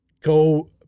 go